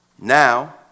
Now